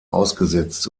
ausgesetzt